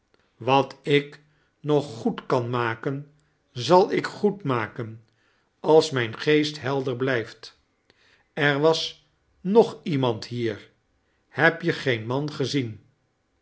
wat ik nog goed kan maen zal ik goed miaken als mijn geest helder blijft er was nog iemand hier heb je geen man gezien